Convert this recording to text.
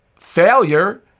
Failure